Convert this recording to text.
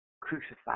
crucified